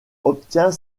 obtient